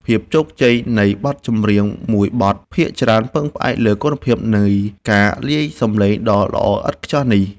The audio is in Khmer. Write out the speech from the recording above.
ភាពជោគជ័យនៃបទចម្រៀងមួយបទភាគច្រើនពឹងផ្អែកលើគុណភាពនៃការលាយសំឡេងដ៏ល្អឥតខ្ចោះនេះ។